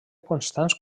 constants